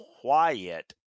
quiet